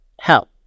help